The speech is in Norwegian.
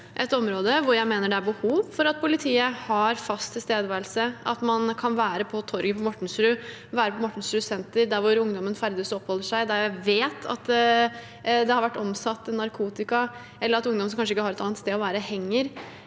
et område der jeg mener det er behov for at politiet har fast tilstedeværelse, sånn at man kan være på torget på Mortensrud eller på Mortensrud senter, der ungdommen ferdes og oppholder seg og vi vet at det har vært omsatt narkotika, eller der ungdom som kanskje ikke har et annet sted å være, henger.